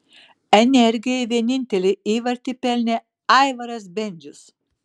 energijai vienintelį įvartį pelnė aivaras bendžius